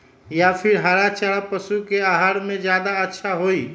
या फिर हरा चारा पशु के आहार में ज्यादा अच्छा होई?